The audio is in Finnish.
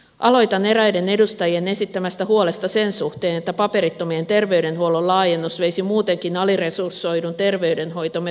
aloitan eräiden edustajien esittämästä huolesta sen suhteen että paperittomien terveydenhuollon laajennus veisi muutenkin aliresursoidun terveydenhoitomme kaaokseen